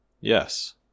Yes